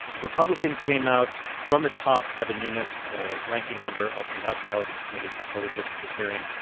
republicans came out from the top. devin nunes, the ranking member of the house intelligence committee, which was holding this this hearing,